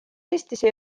eestisse